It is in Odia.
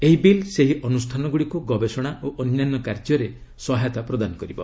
ଏହି ବିଲ୍ ସେହି ଅନୁଷ୍ଠାନଗୁଡ଼ିକୁ ଗବେଷଣା ଓ ଅନ୍ୟାନ୍ୟ କାର୍ଯ୍ୟରେ ସହାୟତା ପ୍ରଦାନ କରିବ